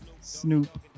Snoop